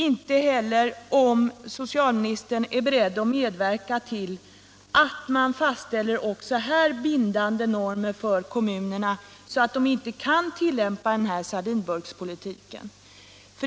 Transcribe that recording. Inte heller fick jag svar på frågan om socialministern är beredd = adoptivbarn att medverka till att man också här fastställer bindande normer för kommunerna, så att de inte kan tillämpa denna sardinburkspolitik.